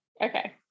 okay